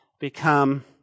become